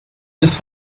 this